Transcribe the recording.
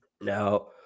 now